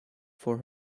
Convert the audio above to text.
for